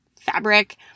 fabric